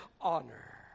honor